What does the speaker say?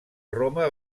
roma